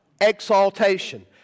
exaltation